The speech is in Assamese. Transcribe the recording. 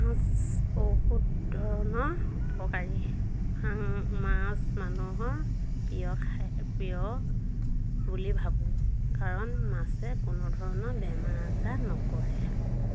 মাছ বহুত ধৰণৰ উপকাৰী মাছ মানুহৰ প্ৰিয় খা প্ৰিয় বুলি ভাবোঁ কাৰণ মাছে কোনো ধৰণৰ বেমাৰ আজাৰ নকৰে